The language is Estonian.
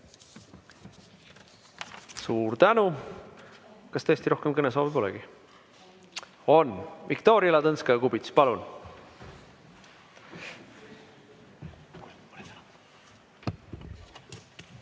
Suur tänu! Kas tõesti rohkem kõnesoove polegi? On. Viktoria Ladõnskaja-Kubits, palun!